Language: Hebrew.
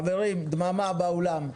חברים, דממה באולם.